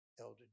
Elder